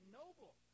noble